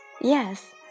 Yes